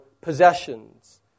possessions